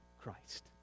Christ